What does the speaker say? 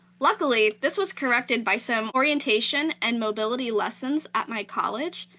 luckily, this was corrected by some orientation and mobility lessons at my college.